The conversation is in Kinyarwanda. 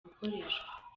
gukoreshwa